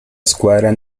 escuadra